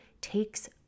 takes